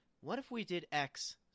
what-if-we-did-X